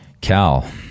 Cal